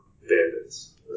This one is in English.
bandits